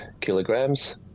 kilograms